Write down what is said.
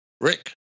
Rick